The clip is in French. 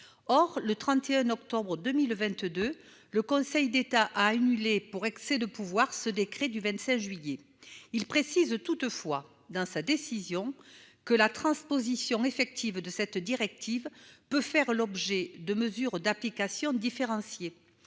Or, le 31 octobre 2022. Le Conseil d'État a annulé pour excès de pouvoir. Ce décret du 27 juillet. Il précise toutefois dans sa décision que la transposition effective de cette directive peut faire l'objet de mesures d'application différenciée.